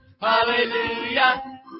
Hallelujah